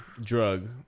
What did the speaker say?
drug